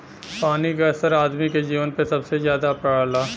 पानी क असर आदमी के जीवन पे सबसे जादा पड़ला